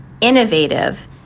innovative